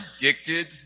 addicted